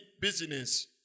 business